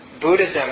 Buddhism